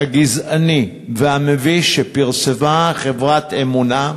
הגזעני והמביש שפרסמה חברת "אמונה"